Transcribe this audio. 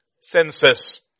senses